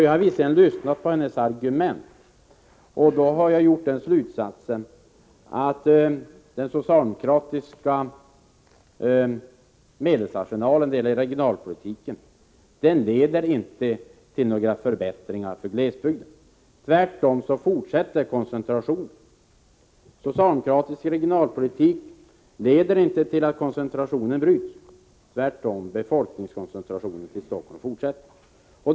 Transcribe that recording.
Jag har lyssnat på hennes argument och dragit den slutsatsen att den socialdemokratiska medelsarsenalen när det gäller regionalpolitiken inte leder till några förbättringar för glesbygden. Tvärtom fortsätter koncentrationen. Socialdemokratisk regionalpolitik leder inte till att koncentrationer bryts. Tvärtom — befolkningskoncentrationen till Stockholm fortsätter.